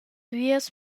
vias